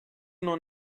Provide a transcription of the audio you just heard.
nur